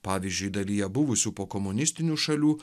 pavyzdžiui dalyje buvusių pokomunistinių šalių